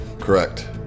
Correct